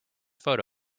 photo